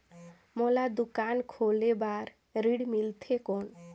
मोला दुकान खोले बार ऋण मिलथे कौन?